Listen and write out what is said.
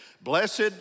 Blessed